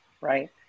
right